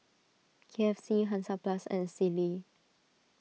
K F C Hansaplast and Sealy